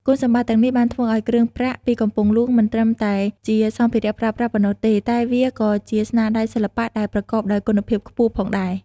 គុណសម្បត្តិទាំងនេះបានធ្វើឱ្យគ្រឿងប្រាក់ពីកំពង់ហ្លួងមិនត្រឹមតែជាសម្ភារៈប្រើប្រាស់ប៉ុណ្ណោះទេ តែវាក៏ជាស្នាដៃសិល្បៈដែលប្រកបដោយគុណភាពខ្ពស់ផងដែរ។